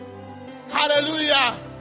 Hallelujah